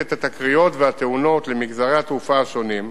את התקריות והתאונות למגזרי התעופה השונים,